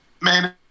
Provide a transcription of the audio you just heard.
Man